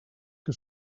que